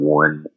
one